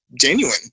genuine